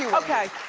okay.